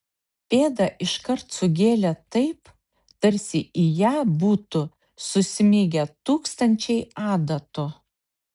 pėdą iškart sugėlė taip tarsi į ją būtų susmigę tūkstančiai adatų